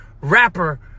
rapper